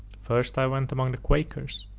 first i went among the quakers,